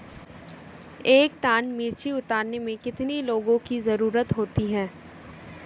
एक टन मिर्ची उतारने में कितने लोगों की ज़रुरत होती है?